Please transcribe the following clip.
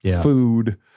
food